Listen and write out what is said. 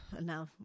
Now